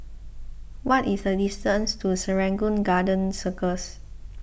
what is the distance to Serangoon Garden Circus